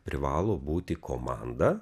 privalo būti komanda